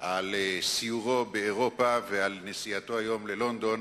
על סיורו באירופה ועל נסיעתו היום ללונדון.